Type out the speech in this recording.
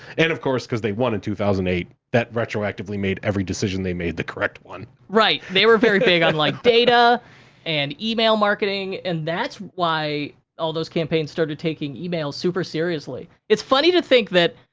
and, of course, cause they won in two thousand and eight, that retroactively made every decision they made the correct one. right, they were very big on, like, data and email marketing and that's why all those campaigns started taking emails super seriously. it's funny to think that,